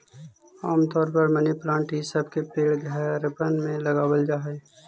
आम तौर पर मनी प्लांट ई सब के पेड़ घरबन में लगाबल जा हई